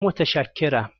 متشکرم